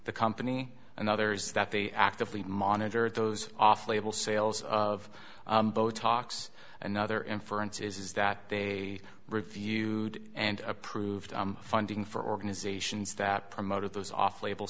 the company and others that they actively monitor those off label sales of botox another inference is that they reviewed and approved funding for organizations that promoted those off label